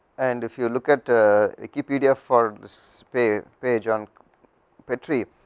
and if you look at wikipedia forthis page page on petri,